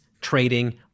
trading